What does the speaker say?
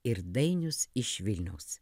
ir dainius iš vilniaus